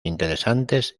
interesantes